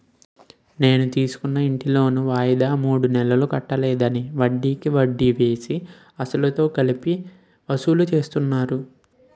నేను తీసుకున్న ఇంటి లోను వాయిదా మూడు నెలలు కట్టలేదని, వడ్డికి వడ్డీ వేసి, అసలుతో కలిపి వసూలు చేస్తున్నారు